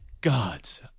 gods